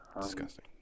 Disgusting